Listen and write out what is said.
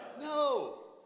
No